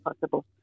possible